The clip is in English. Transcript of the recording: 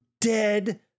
dead